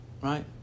right